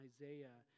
Isaiah